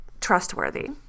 trustworthy